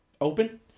open